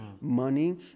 money